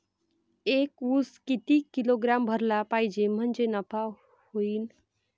एक उस किती किलोग्रॅम भरला पाहिजे म्हणजे नफा होईन?